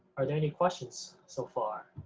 are there any questions so far?